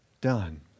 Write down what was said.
done